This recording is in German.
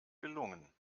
gelungen